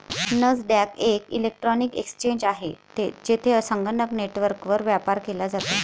Nasdaq एक electronic exchange आहे, जेथे संगणक नेटवर्कवर व्यापार केला जातो